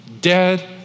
dead